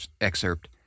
excerpt